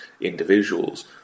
individuals